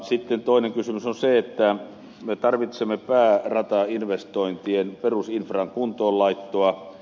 sitten toinen kysymys on se että me tarvitsemme pääratainvestointien perusinfran kuntoon laittoa